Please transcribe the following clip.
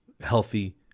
healthy